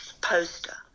poster